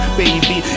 baby